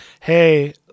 hey